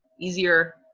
easier